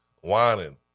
whining